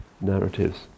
narratives